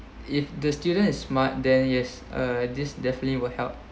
if the student is smart then yes uh this definitely will help